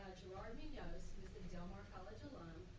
gerard munoz is a del mar college alum